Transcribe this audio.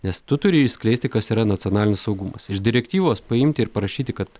nes tu turi išskleisti kas yra nacionalinis saugumas iš direktyvos paimti ir parašyti kad